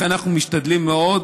לכן אנחנו משתדלים מאוד,